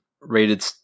rated